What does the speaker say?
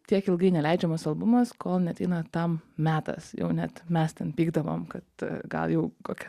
tiek ilgai neleidžiamas albumas kol neateina tam metas jau net mes ten pykdavom kad gal jau kokią